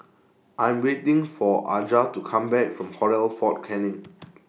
I Am waiting For Aja to Come Back from Hotel Fort Canning